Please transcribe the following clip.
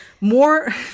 more